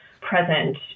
present